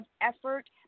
effort